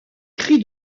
cri